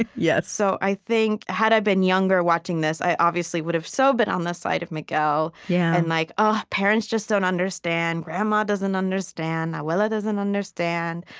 yeah so i think, had i been younger, watching this, i obviously would've so been on the side of miguel yeah and like, ugh, ah parents just don't understand. grandma doesn't understand. abuela doesn't understand.